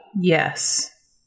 Yes